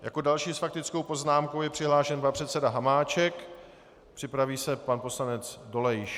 Jako další s faktickou poznámkou je přihlášen pan předseda Hamáček, připraví se pan poslanec Dolejš.